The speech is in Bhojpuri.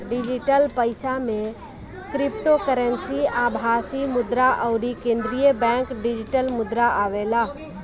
डिजिटल पईसा में क्रिप्टोकरेंसी, आभासी मुद्रा अउरी केंद्रीय बैंक डिजिटल मुद्रा आवेला